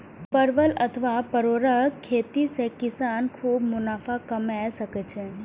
परवल अथवा परोरक खेती सं किसान खूब मुनाफा कमा सकै छै